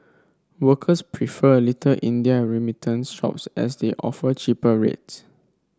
workers prefer Little India remittance shops as they offer cheaper rates